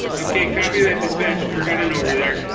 okay copy that dispatch we're we're heading over there